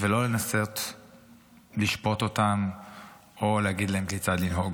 ולא לנסות לשפוט אותן או להגיד להן כיצד לנהוג.